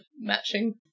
matching